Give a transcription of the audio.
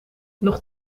nog